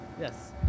yes